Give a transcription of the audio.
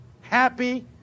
happy